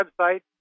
website